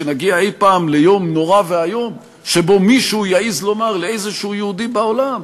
שנגיע אי-פעם ליום נורא ואיום שבו מישהו יעז לומר לאיזה יהודי בעולם: